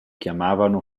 chiamavano